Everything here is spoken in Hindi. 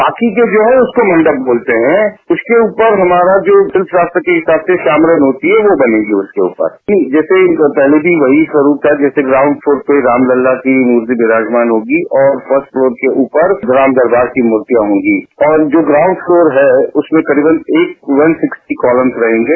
बाकी के जो है उसको मंडप बोलते हैं उसके ऊपर हमारा जो दृष्टराष्ट्र के हिसाब से सामरन होती है वह बनेगी उसके ऊपर जैसे पहले भी वही स्वरूप था जैसे ग्राउंड फ्लोर से रागलला की मूर्ति विराजमान होगी और फस्ट पलोर के ऊपर राम दरबार की मूर्तियां होंगी और जो ग्राउंड प्लोर है उसमें करीबन एक वन सिक्सटी कॉलम्स रहेंगे